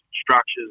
structures